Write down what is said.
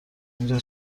اینجا